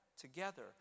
together